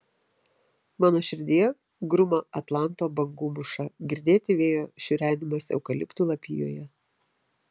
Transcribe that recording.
mano širdyje gruma atlanto bangų mūša girdėti vėjo šiurenimas eukaliptų lapijoje